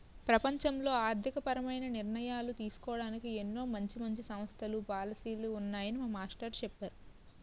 ప్రపంచంలో ఆర్థికపరమైన నిర్ణయాలు తీసుకోడానికి ఎన్నో మంచి మంచి సంస్థలు, పాలసీలు ఉన్నాయని మా మాస్టారు చెప్పేరు